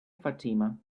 fatima